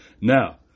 Now